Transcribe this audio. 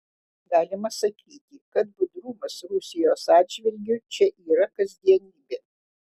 galima sakyti kad budrumas rusijos atžvilgiu čia yra kasdienybė